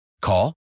Call